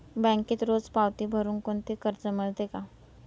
बँकेत रोज पावती भरुन कोणते कर्ज मिळते का?